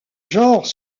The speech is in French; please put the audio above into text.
genre